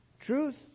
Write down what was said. Truth